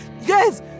yes